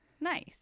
Nice